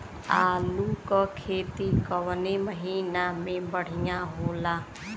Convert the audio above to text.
आलू क खेती कवने महीना में बढ़ियां होला?